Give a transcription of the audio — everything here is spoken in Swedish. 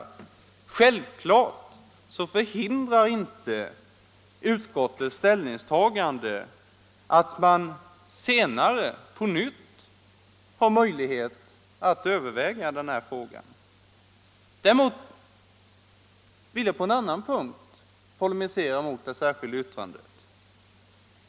Självfallet hindrar inte utskottets ställningstagande att man senare på nytt har möjlighet att överväga den här frågan. 159 Däremot vill jag påen annan punkt polemisera mot det särskilda yttrandet.